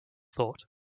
thought